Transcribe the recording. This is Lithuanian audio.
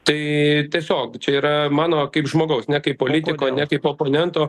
tai tiesiog čia yra mano kaip žmogaus ne kaip politiko ne kaip oponento